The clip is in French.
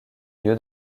lieu